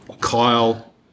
Kyle